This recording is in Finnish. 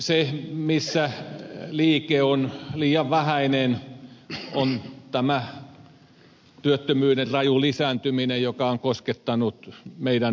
se missä liike on liian vähäinen on tämä työttömyyden raju lisääntyminen joka on koskettanut meidän nuoriamme